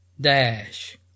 dash